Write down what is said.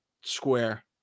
square